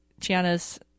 Tiana's